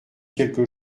quelque